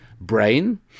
Brain